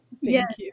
yes